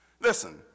Listen